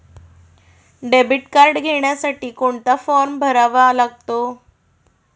Debit card घेण्यासाठी कोणता form भरावा लागतो?